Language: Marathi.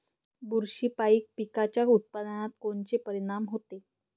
बुरशीपायी पिकाच्या उत्पादनात कोनचे परीनाम होते?